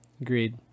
agreed